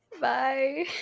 Bye